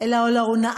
אלא על ההונאה,